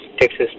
Texas